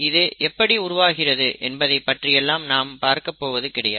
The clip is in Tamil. இது எப்படி உருவாகிறது என்பதைப் பற்றியெல்லாம் நாம் பார்க்கப் போவது கிடையாது